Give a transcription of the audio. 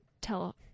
tell